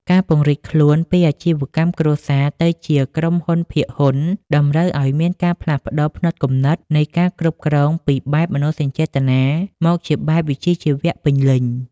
ការពង្រីកខ្លួនពីអាជីវកម្មគ្រួសារទៅជាក្រុមហ៊ុនភាគហ៊ុន តម្រូវឱ្យមានការផ្លាស់ប្តូរផ្នត់គំនិតនៃការគ្រប់គ្រងពីបែបមនោសញ្ចេតនាមកជាបែបវិជ្ជាជីវៈពេញលេញ។